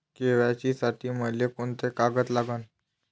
KYC साठी मले कोंते कागद लागन?